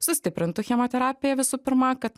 sustiprintų chemoterapiją visų pirma kad